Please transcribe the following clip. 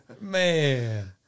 Man